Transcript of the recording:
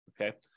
okay